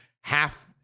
half